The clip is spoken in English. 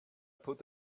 put